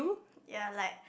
ya like